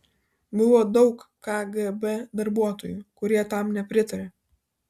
buvo daug kgb darbuotojų kurie tam nepritarė